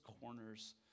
corners